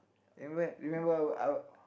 remember remember our our